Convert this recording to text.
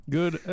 Good